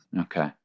Okay